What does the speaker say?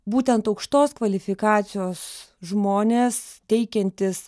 būtent aukštos kvalifikacijos žmonės teikiantys